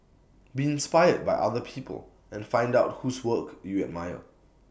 be inspired by other people and find out whose work you admire